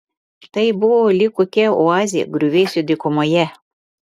tai buvo lyg kokia oazė griuvėsių dykumoje